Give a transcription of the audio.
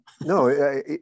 No